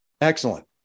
Excellent